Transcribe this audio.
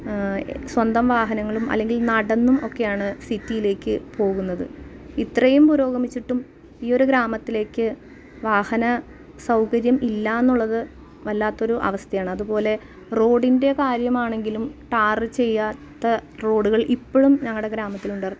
സ്വന്തം വാഹനങ്ങളും അല്ലങ്കിൽ നടന്നും ഒക്കെയാണ് സിറ്റിയിലേക്ക് പോകുന്നത് ഇത്രയും പുരോഗമിച്ചിട്ടും ഈ ഒരു ഗ്രാമത്തിലേക്ക് വാഹന സൗകര്യം ഇല്ല എന്നുള്ളത് വല്ലാത്തൊരു അവസ്ഥയാണ് അതുപോലെ റോഡിൻ്റെ കാര്യമാണങ്കിലും ടാർ ചെയ്യാത്ത റോഡുകൾ ഇപ്പോഴും ഞങ്ങളുടെ ഗ്രാമത്തിലുണ്ട്